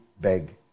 beg